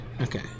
Okay